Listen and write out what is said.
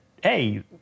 hey